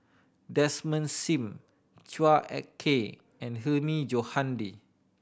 Desmond Sim Chua Ek Kay and Hilmi Johandi